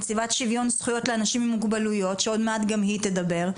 נציבת זכויות לאנשים עם מוגבלויות שעוד מעט גם היא תדבר,